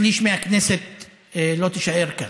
שליש מהכנסת לא תישאר כאן.